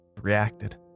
reacted